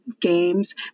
games